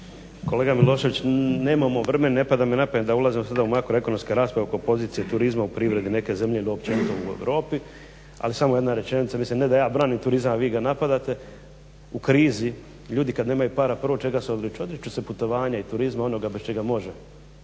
Kolega Milošević nemamo vremena ne pada mi na pamet da sada ulazim u makroekonomske rasprave oko pozicije turizma u privredi, neke zemlje ili općenito u Europi ali samo jedna rečenica, mislim ne da ja branim turizam, a vi ga napadate. U krizi ljudi kada nemaju para prvo čega se odriču? Odriču se putovanja i turizma onoga bez čega može.